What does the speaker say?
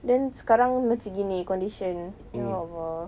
then sekarang macam ini condition ya allah